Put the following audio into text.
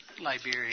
Liberia